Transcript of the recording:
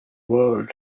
world